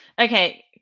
Okay